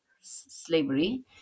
slavery